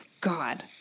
God